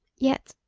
yet,